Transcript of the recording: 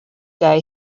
day